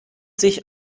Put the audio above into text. sich